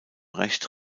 recht